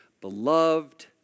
beloved